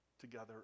together